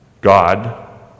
God